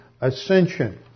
ascension